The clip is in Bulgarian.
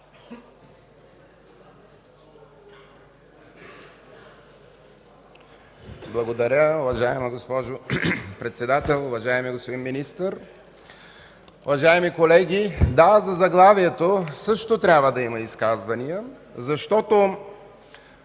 Благодаря. Уважаема госпожо Председател, уважаеми господин Министър, уважаеми колеги! Да, за заглавието също трябва да има изказвания.